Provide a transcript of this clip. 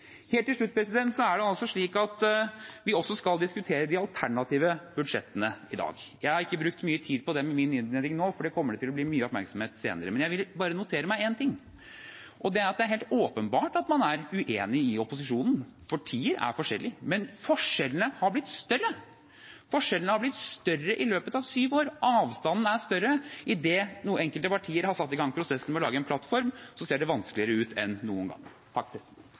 Helt til slutt: Vi skal også diskutere de alternative budsjettene i dag. Jeg har ikke brukt mye tid på dem i min innledning nå, for de kommer til å få mye oppmerksomhet senere. Men jeg vil bare notere meg én ting: Det er helt åpenbart at man er uenig i opposisjonen – partier er forskjellige – men forskjellene har blitt større. Forskjellene har blitt større i løpet av syv år – avstanden er større. Idet enkelte partier har satt i gang prosessen med å lage en plattform, ser det vanskeligere ut enn noen gang.